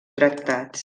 tractats